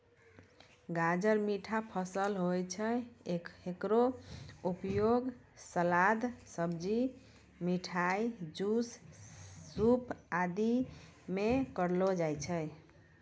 गाजर मीठा फसल होय छै, हेकरो उपयोग सलाद, सब्जी, मिठाई, जूस, सूप आदि मॅ करलो जाय छै